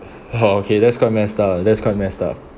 oh okay that's quite messed up that's quite messed up